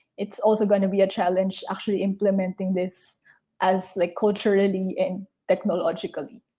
it's also going to be a challenge actually implementing this as like culturally and technologically.